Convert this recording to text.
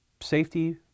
safety